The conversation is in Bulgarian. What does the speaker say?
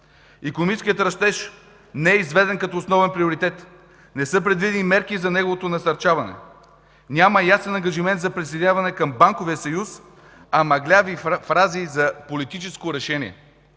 Икономическият растеж не е изведен като основен приоритет, не са предвидени мерки за неговото насърчаване. Няма ясен ангажимент за присъединяване към Банковия съюз, а мъгляви фрази за „политическо решение”.